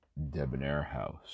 debonairhouse